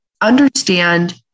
Understand